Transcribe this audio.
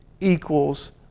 equals